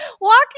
walking